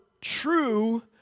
true